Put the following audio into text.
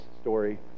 story